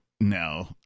no